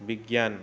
बिगियान